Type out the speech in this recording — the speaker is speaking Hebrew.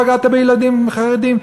פגעת בילדים חרדים.